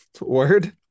Word